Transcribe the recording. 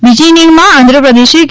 બીજી ઇનીંગમાં આંધ્રપ્રદેશે કે